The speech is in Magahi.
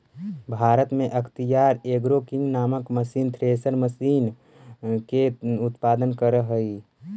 भारत में अख्तियार एग्रो किंग नामक कम्पनी थ्रेसर मशीन के उत्पादन करऽ हई